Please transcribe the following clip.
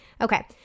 Okay